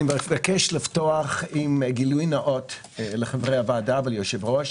אני מבקש לפתוח בגילוי נאות לחברי הוועדה וליושב-ראש